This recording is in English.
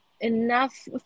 enough